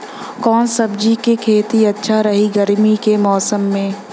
कवना सब्जी के खेती अच्छा रही गर्मी के मौसम में?